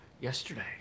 Yesterday